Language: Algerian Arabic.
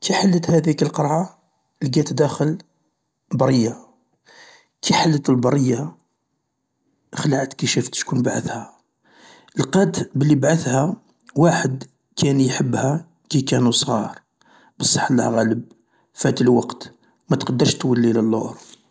كي حلت هاذيك القرعة القات داخل برية، كي حلت البرية خلعت كي شافت شكون بعثها، القات بلي ابعثها واحد كان يحبها كي كانو صغار، بصح الله غالب فات الوقت متقدرش تولي للور.